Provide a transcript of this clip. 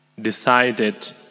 decided